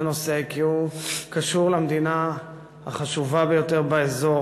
זה נושא כי הוא קשור למדינה החשובה ביותר באזור